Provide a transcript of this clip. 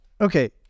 Okay